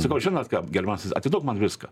sakau žinot ką gerbiamasis atiduok man viską